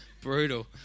Brutal